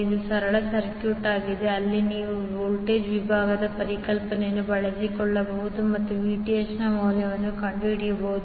ಇದು ಸರಳ ಸರ್ಕ್ಯೂಟ್ ಆಗಿದೆ ಅಲ್ಲಿ ನೀವು ವೋಲ್ಟೇಜ್ ವಿಭಾಗದ ಪರಿಕಲ್ಪನೆಯನ್ನು ಬಳಸಿಕೊಳ್ಳಬಹುದು ಮತ್ತು Vth ನ ಮೌಲ್ಯವನ್ನು ಕಂಡುಹಿಡಿಯಬಹುದು